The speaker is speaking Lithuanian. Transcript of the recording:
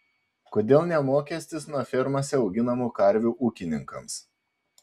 kodėl ne mokestis nuo fermose auginamų karvių ūkininkams